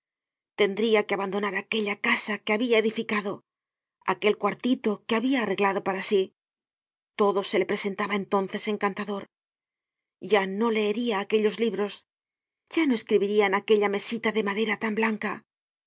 tendria que abandonar aquella casa que habia edificado aquel cuartito que habia arreglado para sí todo se le presentaba entonces encantador ya no leeria aquellos libros ya no escribiria en aquella mesita de madera tan blanca